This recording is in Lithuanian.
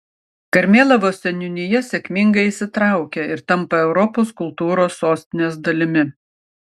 karmėlavos seniūnija sėkmingai įsitraukia ir tampa europos kultūros sostinės dalimi